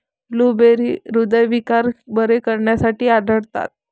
blueberry हृदयविकार बरे करण्यासाठी आढळतात